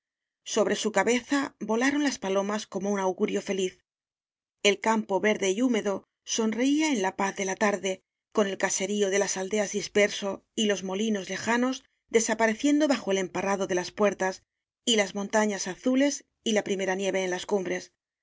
sobre su cabeza volaron las pa lomas como un augurio feliz el campo verde y húmedo sonreía en a paz de la biblioteca nacional de españa tarde con el caserío de las aldeas disperso y los molinos lejanos desapareciendo bajo el emparrado de las puertas y las montañas azules y la primera nieve en las cumbres